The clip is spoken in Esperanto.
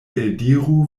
eldiru